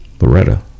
Loretta